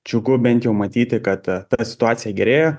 džiugu bent jau matyti kad ta situacija gerėja